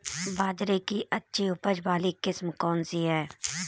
बाजरे की अच्छी उपज वाली किस्म कौनसी है?